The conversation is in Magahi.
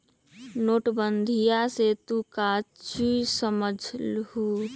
नोटबंदीया से तू काउची समझा हुँ?